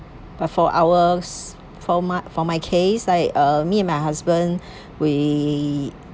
but for ours for my for my case like uh me and my husband we